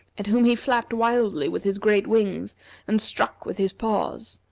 at whom he flapped wildly with his great wings and struck with his paws.